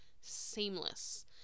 seamless